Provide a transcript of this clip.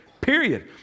period